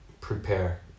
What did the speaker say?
prepare